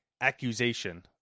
accusation